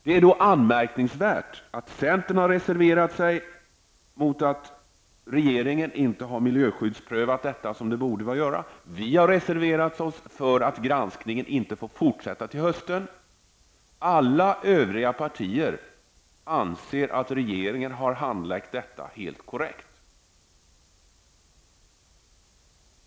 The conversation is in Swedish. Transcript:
Det är anmärkningsvärt att centern har reserverat sig mot att regeringen inte har miljöskyddsprövat ärendet på det sätt som borde ha skett. Vi har reserverat oss mot att granskningen inte får fortsätta till hösten. Alla övriga partier anser att regeringens handläggning är helt korrekt.